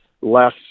less